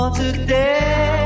today